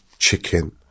Chicken